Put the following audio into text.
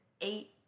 eight